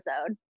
episode